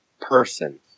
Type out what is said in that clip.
person